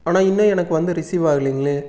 ஆனால் இன்னும் எனக்கு வந்து ரிசீவாகலிங்களே